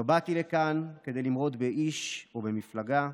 לא באתי לכאן כדי למרוד באיש או במפלגה,